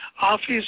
office